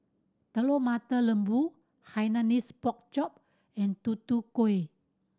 Telur Mata Lembu Hainanese Pork Chop and Tutu Kueh